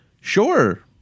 Sure